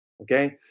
Okay